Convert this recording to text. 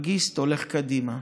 מאגיסט הולך קדימה,